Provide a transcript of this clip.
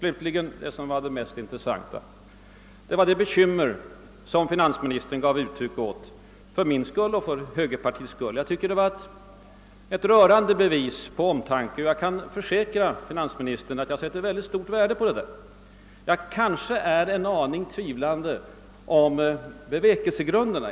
Det mest intressanta slutligen var det bekymmer som finansministern gav uttryck åt för min och högerpartiets skull. Det var ett rörande bevis på omtanke. Jag försäkrar finansministern att jag sätter stort värde på det. Jag kanske tvivlar en aning på bevekelsegrunden.